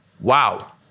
Wow